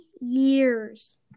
years